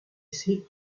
seek